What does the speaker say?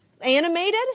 animated